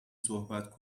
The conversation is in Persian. صحبت